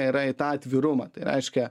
yra į tą atvirumą tai reiškia